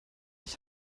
ich